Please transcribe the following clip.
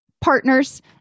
partners